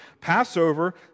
Passover